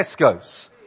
Tesco's